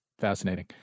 fascinating